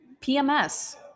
PMS